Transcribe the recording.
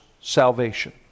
salvation